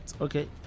Okay